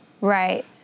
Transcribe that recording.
Right